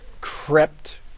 crept